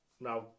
now